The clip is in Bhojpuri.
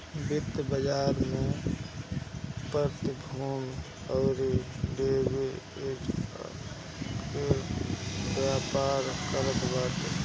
वित्तीय बाजार में प्रतिभूतियों अउरी डेरिवेटिव कअ व्यापार करत बाने